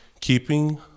keeping